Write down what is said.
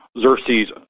Xerxes